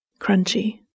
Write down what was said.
crunchy